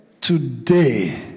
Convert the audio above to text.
today